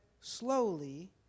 slowly